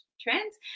trends